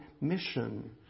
mission